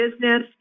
business